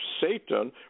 Satan